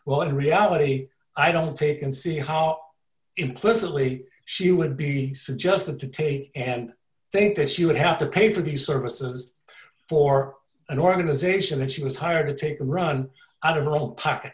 well in reality i don't take and see how implicitly she would be suggested to take and think that she would have to pay for the services for an organization that she was hired to take run out of her own pocket